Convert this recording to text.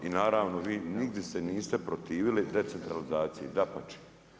I naravno vi nigdje se niste protivili decentralizaciji, dapače.